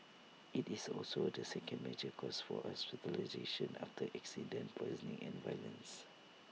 IT is also the second major cause for hospitalisation after accidents poisoning and violence